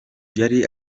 yari